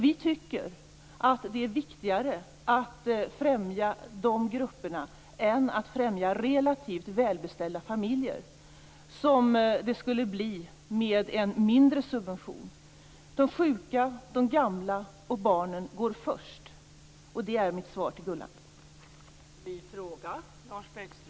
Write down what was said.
Vi tycker att det är viktigare att främja de grupperna än att främja relativt välbeställda familjer, som man skulle göra med en statlig subvention. De sjuka, de gamla och barnen går först. Det är mitt svar till Gullan Lindblad.